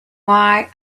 why